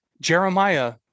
Jeremiah